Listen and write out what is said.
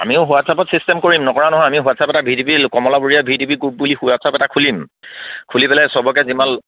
আমিও হোৱাটছএপত চিষ্টেম কৰিম নকৰা নহয় আমি হোৱাটছপ এটা ভি ডি পি ৰ কমলাবৰীয়া ভি ডি পি গ্ৰুপ বুলি হোৱাটছ এপ এটা খুলিম খুলি পেলাই চবকে যিমান